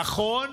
נכון,